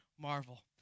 marvel